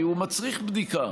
כי הוא מצריך בדיקה.